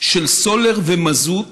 של סולר ומזוט